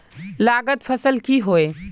लागत फसल की होय?